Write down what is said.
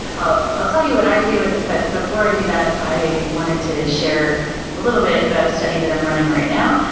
i'll tell you what i do, and but before i do that, i wanted to share a little bit about a study that i'm running right now.